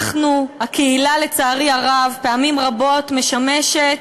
הקהילה, לצערי הרב, פעמים רבות משמשת